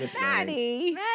Maddie